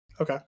Okay